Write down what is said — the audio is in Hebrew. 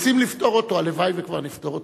רוצים לפתור אותו, הלוואי שכבר נפתור אותו.